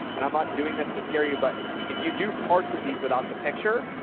and i'm not doing this to scare you, but if you do parts of these without the picture,